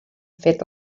fet